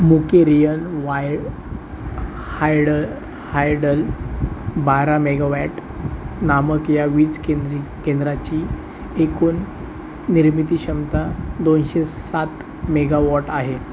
मूकेरियल वाई हायड हायडल बारा मेगावॅट नामक या वीज केंद्री केंद्राची एकूण निर्मिती क्षमता दोनशे सात मेगावॉट आहे